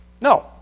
No